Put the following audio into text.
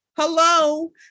hello